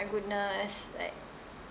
goodness like